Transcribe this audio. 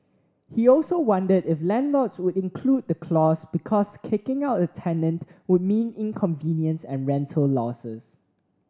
he also wondered if landlords would include the clause because kicking out a tenant would mean inconvenience and rental losses